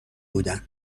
بودن